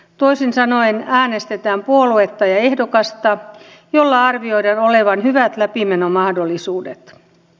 toisin sanoen äänestetään puoluetta ja ehdokasta jolla arvioidaan olevan hyvät läpimenomahdollisuudet